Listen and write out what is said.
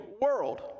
world